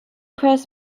press